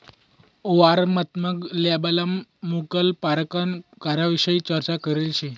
वर्णनात्मक लेबलमा मुक्ला परकारना करविषयी चर्चा करेल शे